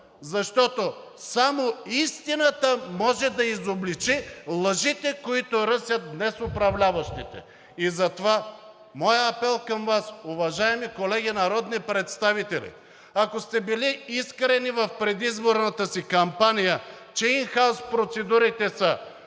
защото само истината може да изобличи лъжите, които ръсят днес управляващите. Затова моят апел към Вас, уважаеми колеги народни представители, е: ако сте били искрени в предизборната си кампания, че ин хаус процедурите са